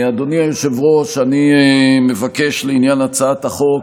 אדוני היושב-ראש, לעניין הצעת החוק,